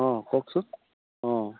অঁ কওকচোন অঁ